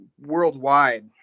worldwide